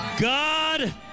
God